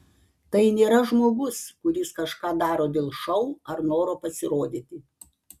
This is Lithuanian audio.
tai nėra žmogus kuris kažką daro dėl šou ar noro pasirodyti